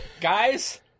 Guys